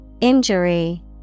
Injury